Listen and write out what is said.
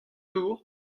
dour